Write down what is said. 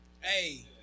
Hey